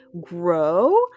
grow